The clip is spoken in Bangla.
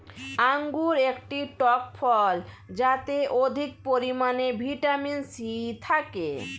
আঙুর একটি টক ফল যাতে অধিক পরিমাণে ভিটামিন সি থাকে